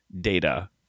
data